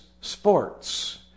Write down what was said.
sports